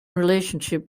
relationship